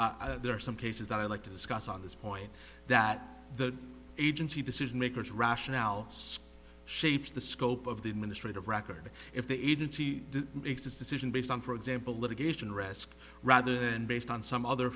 there are some cases that i'd like to discuss on this point that the agency decision makers rationale shapes the scope of the administrative record if the agency didn't exist decision based on for example litigation risk rather than based on some other